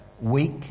weak